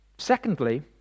Secondly